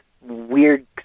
weird